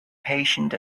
patient